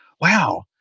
wow